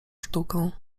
sztuką